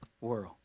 world